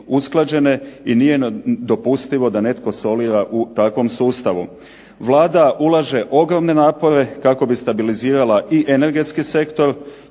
i nije dopustivo da netko solira u takvom sustavu. Vlada ulaže ogromne napore kako bi stabilizirala i energetski sektor,